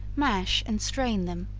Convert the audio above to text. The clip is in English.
mash and strain them,